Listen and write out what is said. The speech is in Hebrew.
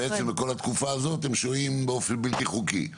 בעצם בכל התקופה הזאת הם שוהים באופן בלתי חוקי.